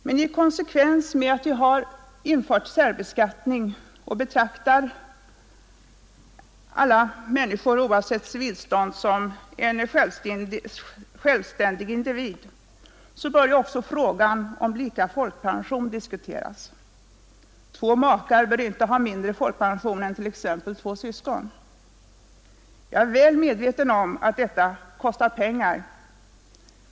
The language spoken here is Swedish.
Men i konsekvens med att vi har infört särbeskattning och betraktar alla människor, oavsett civilstånd, som självständiga individer, bör också frågan om lika folkpension diskuteras. Två makar bör inte ha mindre folkpension än t.ex. två syskon. Jag är väl medveten om att detta kostar pengar!